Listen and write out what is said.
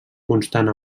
constant